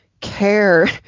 care